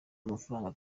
amafaranga